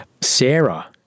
Sarah